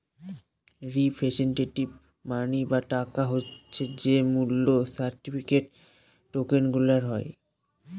representative money বা টাকা হচ্ছে যে মূল্য সার্টিফিকেট, টকেনগুলার হয়